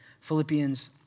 Philippians